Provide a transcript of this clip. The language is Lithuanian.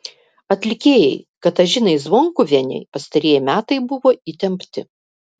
atlikėjai katažinai zvonkuvienei pastarieji metai buvo įtempti